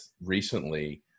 recently